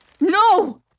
No